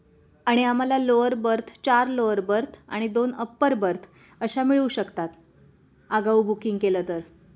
आणि आम्हाला lower berth चार लोअर बर्थ आणि दोन अप्पर बर्थ अशा मिळू शकतात आगाऊ बुकिंग केलं तर